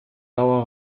blauer